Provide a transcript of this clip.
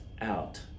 out